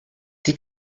die